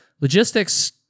Logistics